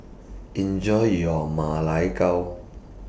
Enjoy your Ma Lai Gao